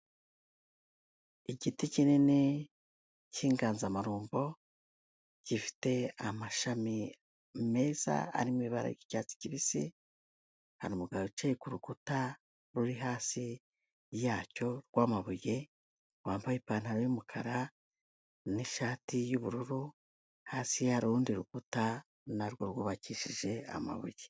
Igiti kinini cy'inganzamarumbo, gifite amashami meza arimo ibara ry'icyatsi kibisi, hari umugabo wicaye ku rukuta ruri hasi yacyo rw'amabuye, wambaye ipantaro y'umukara, n'ishati y'ubururu, hasi hari urundi rukuta, narwo rwubakishije amabuye.